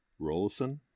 Rollison